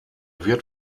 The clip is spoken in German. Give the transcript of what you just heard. wird